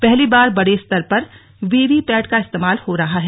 पहली बार बड़े स्तर पर वीवीपैट का इस्तेमाल हो रहा है